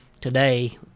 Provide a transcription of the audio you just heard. today